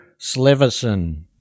Sleverson